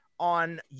on